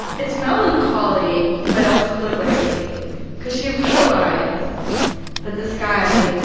it's melancholy but also liberating because she realized that this guy.